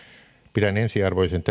pidän ensiarvoisen